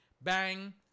Bang